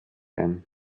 ein